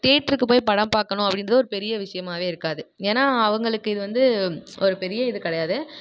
தியேட்ருக்கு போய் படம் பார்க்கணும் அப்படின்றது ஒரு பெரிய விஷயமாகவே இருக்காது ஏன்னா அவங்களுக்கு இது வந்து ஒரு பெரிய இது கிடையாது